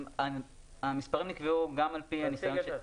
אני מנהל ענייני בטיחות הגז,